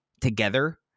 together